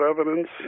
evidence